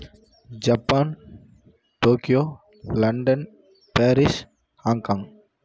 Japan Tokyo London Paris Hong Kong